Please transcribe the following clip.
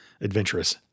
adventurous